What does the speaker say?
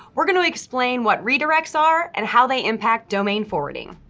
we're gonna explain what redirects are and how they impact domain forwarding.